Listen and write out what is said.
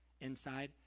inside